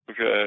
Okay